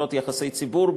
חברות יחסי ציבור,